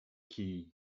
kij